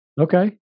Okay